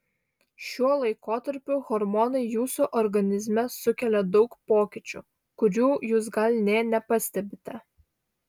šiuo laikotarpiu hormonai jūsų organizme sukelia daug pokyčių kurių jūs gal nė nepastebite